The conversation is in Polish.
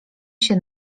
się